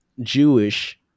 Jewish